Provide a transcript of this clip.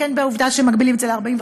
בין בעובדה שמגבילים את זה ל-45,